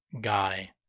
guy